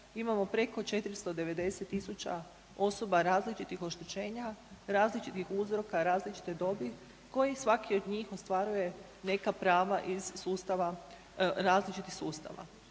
imamo preko 490.000 osoba različitih oštećenja, različitih uzroka, različite dobi koji svaki od njih ostvaruje neka prava iz sustava, različitih sustava.